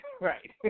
right